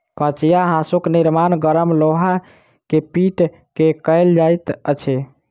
कचिया हाँसूक निर्माण गरम लोहा के पीट क कयल जाइत अछि